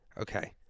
okay